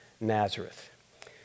Nazareth